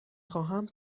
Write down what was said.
خواهم